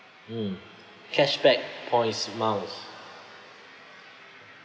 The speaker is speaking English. mm cashback points miles